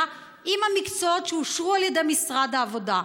עם המקצועות שאושרו על ידי משרד העבודה.